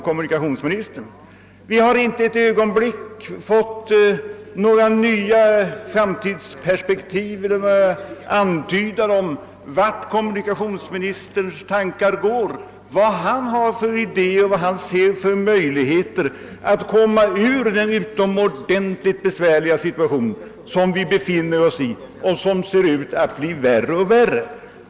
Kommunikationsministern har inte gett oss några nya framtidsperspektiv eller någon antydan om i vilken riktning hans tankar går, vad han har för idéer och vad han ser för möjligheter att komma ur den utomordentligt besvärliga situation som vi befinner oss i och som ser ut att bli värre.